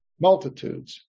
multitudes